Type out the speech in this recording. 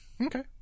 Okay